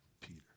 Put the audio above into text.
Peter